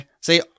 See